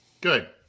Good